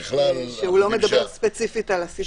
שאינו מדבר ספציפי על המצב הזה.